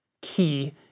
key